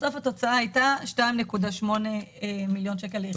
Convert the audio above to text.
בסוף התוצאה הייתה 2.8 מיליון שקל ליחידה.